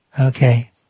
okay